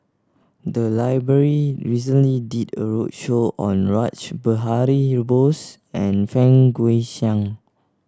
the library recently did a roadshow on Rash Behari Bose and Fang Guixiang